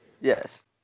Yes